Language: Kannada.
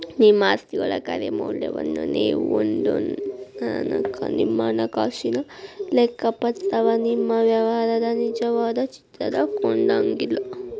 ನಿಮ್ಮ ಆಸ್ತಿಗಳ ಖರೆ ಮೌಲ್ಯವನ್ನ ನೇವು ಹೊಂದೊತನಕಾ ನಿಮ್ಮ ಹಣಕಾಸಿನ ಲೆಕ್ಕಪತ್ರವ ನಿಮ್ಮ ವ್ಯವಹಾರದ ನಿಜವಾದ ಚಿತ್ರಾನ ಕೊಡಂಗಿಲ್ಲಾ